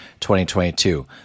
2022